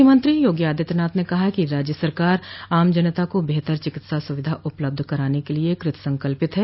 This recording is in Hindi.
मुख्यमंत्री योगी आदित्यनाथ ने कहा है कि राज्य सरकार आम जनता को बेहतर चिकित्सा सुविधा उपलब्ध कराने के लिये कृतसंकल्प है